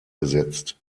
gesetzt